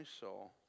soul